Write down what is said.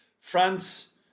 France